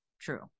true